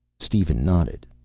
steven nodded.